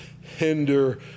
hinder